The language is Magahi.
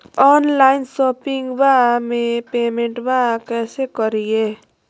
ऑनलाइन शोपिंगबा में पेमेंटबा कैसे करिए?